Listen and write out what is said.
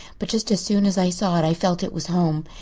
but just as soon as i saw it i felt it was home.